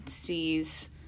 sees